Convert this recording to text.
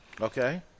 Okay